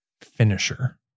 finisher